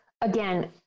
Again